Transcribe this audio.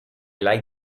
like